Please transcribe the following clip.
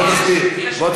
בוא תסביר.